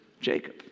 Jacob